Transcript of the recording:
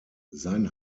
sein